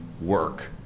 work